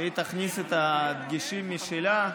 שהיא תכניס את הדגשים שלה,